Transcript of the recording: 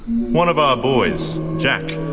one of our boys, jack,